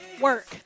work